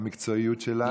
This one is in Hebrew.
במקצועיות שלה.